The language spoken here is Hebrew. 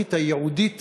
המשטרתית הייעודית